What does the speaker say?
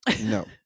no